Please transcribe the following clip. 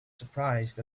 surprised